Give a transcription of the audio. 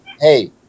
Hey